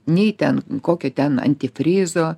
nei ten kokio ten antifrizo